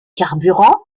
carburant